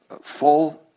Full